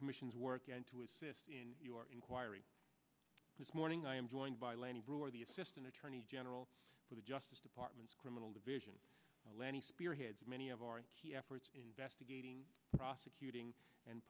commission's work and to assist in your inquiry this morning i am joined by lanny breuer the assistant attorney general for the justice department's criminal division lanny spearheads many of our key efforts investigating prosecuting and